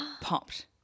popped